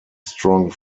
strong